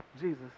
Jesus